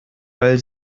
weil